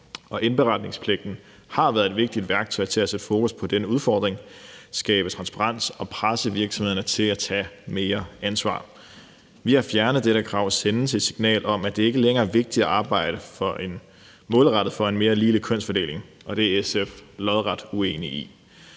indberetningspligten har været et vigtigt værktøj til at sætte fokus på denne udfordring, skabe transparens og presse virksomhederne til at tage mere ansvar. Ved at fjerne dette krav sendes et signal om, at det ikke længere er vigtigt at arbejde målrettet for en mere ligelig kønsfordeling, og det er SF lodret uenig i.